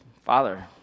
Father